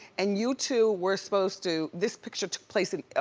and you two were supposed to, this picture took place in. oh,